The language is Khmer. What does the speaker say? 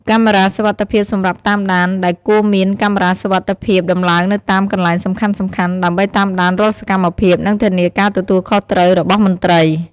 កាមេរ៉ាសុវត្ថិភាពសម្រាប់តាមដានដែលគួរមានកាមេរ៉ាសុវត្ថិភាពដំឡើងនៅតាមកន្លែងសំខាន់ៗ ដើម្បីតាមដានរាល់សកម្មភាព និងធានាការទទួលខុសត្រូវរបស់មន្ត្រី។